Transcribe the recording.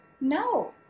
no